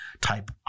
type